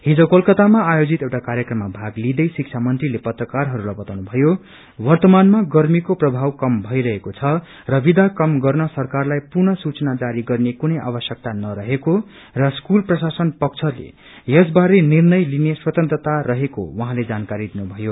हिज कोलकातामा आयोजित एउआ कार्यममा भाग लिदै शिक्षा मंत्रीले पत्रकारहरूलाई बताउनुभयो वर्तमानमा गर्मीको प्रभाव कम भएको द र विदा कम गर्न सरकारलाई पुनः सूचना जारी गर्ने कुनै आवश्यकता नरहेको र स्कूल प्रशासन पक्षले यसबारे निर्णय लिने स्वतंत्रता रहेको उहाँले जानकारी दिनुभयो